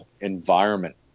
environment